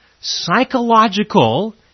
psychological